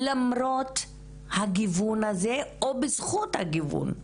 למרות הגיוון הזה, או בזכות הגיוון,